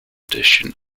edition